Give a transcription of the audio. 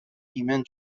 ایمن